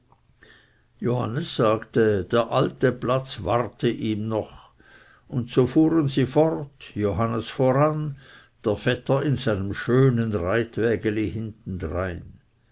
johannes sagte der alte platz warte ihm noch und so fuhren sie fort johannes voran der vetter in seinem schönen reitwägeli hintendrein